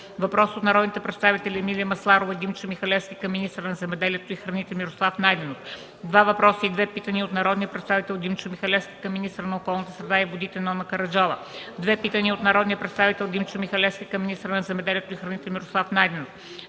въпрос от народните представители Емилия Масларова и Димчо Михалевски към министъра на земеделието и храните Мирослав Найденов; - два въпроса и две питания от народния представител Димчо Михалевски към министъра на околната среда и водите Нона Караджова; - две питания от народния представител Димчо Михалевски към министъра на земеделието и храните Мирослав Найденов;